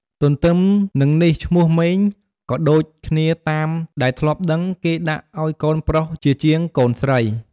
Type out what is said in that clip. ទទ្ទឹមនឹងនេះឈ្មោះម៉េង ក៏ដូចគ្នាតាមដែលធ្លាប់ដឹងគេដាក់អោយកូនប្រុសជាជាងកូនស្រី។